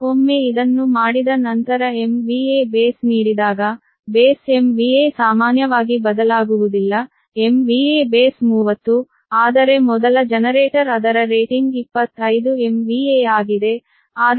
ಆದ್ದರಿಂದ ಒಮ್ಮೆ ಇದನ್ನು ಮಾಡಿದ ನಂತರ MVA ಬೇಸ್ ನೀಡಿದಾಗ ಬೇಸ್ MVA ಸಾಮಾನ್ಯವಾಗಿ ಬದಲಾಗುವುದಿಲ್ಲ ಆದ್ದರಿಂದ MVA ಬೇಸ್ 30 ಆದರೆ ಮೊದಲ ಜನರೇಟರ್ ಅದರ ರೇಟಿಂಗ್ 25 MVA ಆಗಿದೆ ಆದರೆ ಈ ಬೇಸ್ ವೋಲ್ಟೇಜ್ನಲ್ಲಿ 6